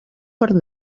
per